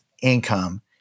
income